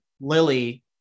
Lily